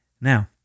Now